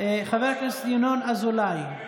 חבר הכנסת ינון אזולאי,